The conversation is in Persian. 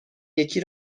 یکی